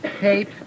tape